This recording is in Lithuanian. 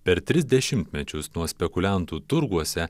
per tris dešimtmečius nuo spekuliantų turguose